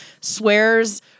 swears